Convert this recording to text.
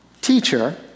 teacher